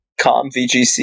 comvgc